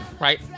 right